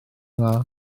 dda